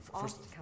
first